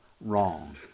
wrong